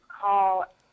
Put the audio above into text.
call